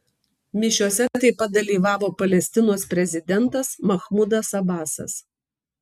mišiose taip pat dalyvavo palestinos prezidentas mahmudas abasas